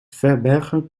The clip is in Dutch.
verbergen